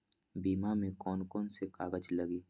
बीमा में कौन कौन से कागज लगी?